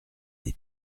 des